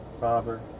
Robber